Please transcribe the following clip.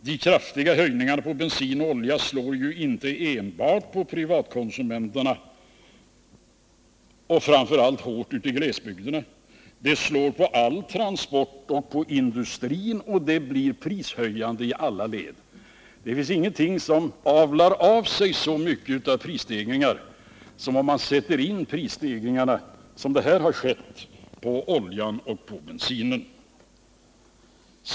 De kraftiga höjningarna på bensin och olja slår ju inte enbart på privatkonsumenterna — och de slår framför allt hårt ute i glesbygderna — utan de slår på all transport och på industrin, vilket medför prishöjningar i alla led. Det finns ingenting som ynglar av sig prisstegringar så som prisstegringar på oljan och på bensinen.